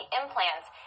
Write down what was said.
implants